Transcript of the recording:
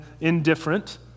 indifferent